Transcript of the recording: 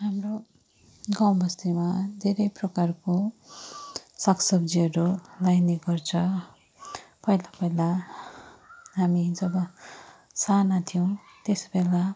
हाम्रो गाउँ बस्तीमा धेरै प्रकारको साग सब्जीहरू लगाइने गर्छ पहिला पहिला हामी जब साना थियौँ त्यस बेला